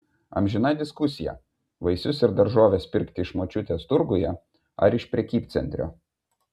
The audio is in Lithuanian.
amžina diskusija vaisius ir daržoves pirkti iš močiutės turguje ar iš prekybcentrio